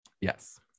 yes